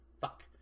Fuck